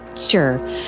Sure